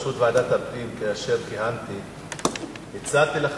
כאשר כיהנתי בראשות ועדת הפנים,